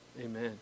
Amen